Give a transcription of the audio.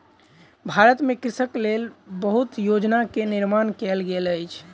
भारत में कृषकक लेल बहुत योजना के निर्माण कयल गेल अछि